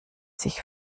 sich